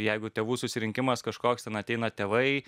jeigu tėvų susirinkimas kažkoks ten ateina tėvai